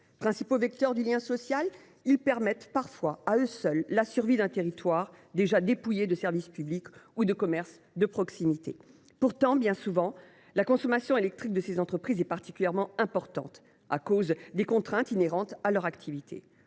Principaux vecteurs du lien social, ils assurent parfois à eux seuls la survie d’un territoire déjà dépouillé de services publics et de commerces de proximité. Pourtant, bien souvent, la consommation électrique de ces entreprises est particulièrement élevée, à cause des contraintes inhérentes à leur activité.